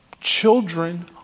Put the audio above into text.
children